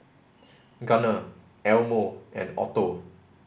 Gunner Elmo and Otto